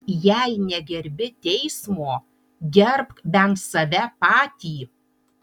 jei negerbi teismo gerbk bent save patį